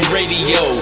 Radio